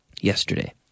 yesterday